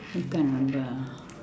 you can't remember ah